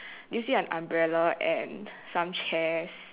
do you see an umbrella and some chairs